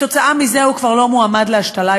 וכתוצאה מזה הוא כבר לא מועמד להשתלה,